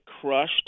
crushed